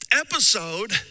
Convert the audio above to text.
episode